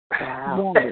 wow